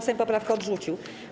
Sejm poprawkę odrzucił.